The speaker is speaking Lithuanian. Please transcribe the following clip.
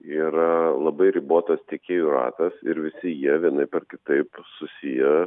yra labai ribotas tiekėjų ratas ir visi jie vienaip ar kitaip susiję